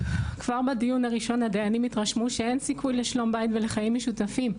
כבר בדיון הראשון הדיינים התרשמו שאין סיכוי לשלום בית ולחיים משותפים,